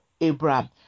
abraham